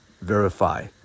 verify